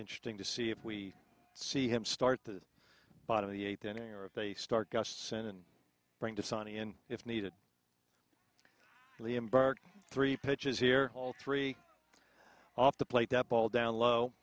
interesting to see if we see him start the bottom of the eighth inning or if they start gusts and bring to sonny and if needed the embargo three pitches here all three off the plate that ball down low